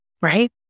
Right